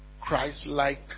Christ-like